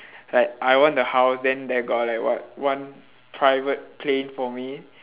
like I want the house then there got like what one private plane for me